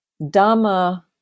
dhamma